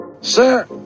sir